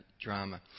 drama